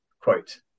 Quote